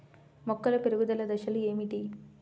మొక్కల పెరుగుదల దశలు ఏమిటి?